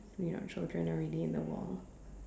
you know children already in the world